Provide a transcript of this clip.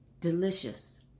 delicious